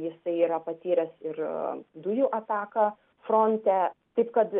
jisai yra patyręs ir dujų ataką fronte taip kad